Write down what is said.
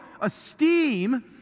esteem